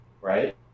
Right